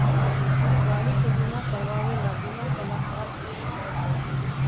हम गाड़ी के बीमा करवावे ला बीमा सलाहकर से संपर्क कइली